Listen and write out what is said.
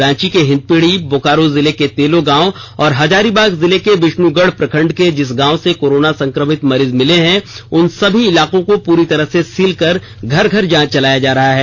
रांची के हिन्दपीढ़ी बोकारो जिले के तेलो गांव और हजारीबाग जिले के विष्णुगढ़ प्रखंड के जिस गांव से कोरोना संक्रमित मरीज मिले हैं उन उन सभी इलाकों को पूरी तरह से सील कर घर घर जांच चलाया जा रहा है